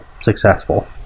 successful